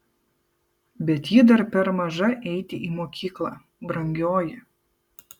bet ji dar per maža eiti į mokyklą brangioji